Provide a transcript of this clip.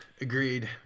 Agreed